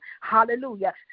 Hallelujah